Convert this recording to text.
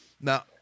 Now